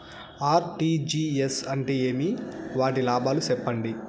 RTGS అంటే ఏమి? వాటి లాభాలు సెప్పండి?